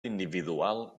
individual